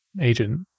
agent